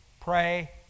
pray